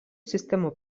sistemų